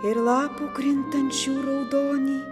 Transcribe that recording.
ir lapų krintančių raudonį